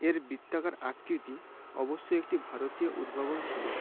এর বৃত্তাকার আকৃতি অবশ্যই একটি ভারতীয় উদ্ভাবন ছিল